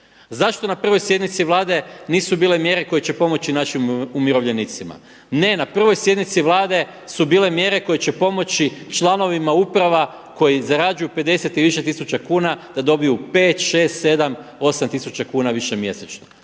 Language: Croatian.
Zašto na prvoj sjednici Vlade nisu bile mjere koje će pomoći našim umirovljenicima? Ne na prvoj sjednici Vlade su bile mjere koje će pomoći članovima uprava koji zarađuju 50 i više tisuća kuna da dobiju 5, 6, 7, 8 tisuća kuna više mjesečno.